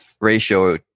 ratio